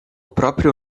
próprio